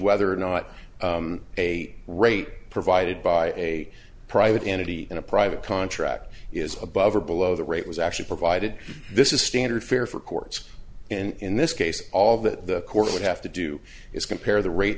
whether or not a rate provided by a private entity in a private contract is above or below the rate was actually provided this is standard fare for courts and in this case all that the court would have to do is compare the rate